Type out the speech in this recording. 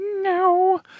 No